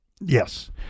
Yes